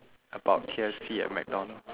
about K_F_C and mcdonald's